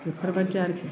बेफोरबायदि आरोखि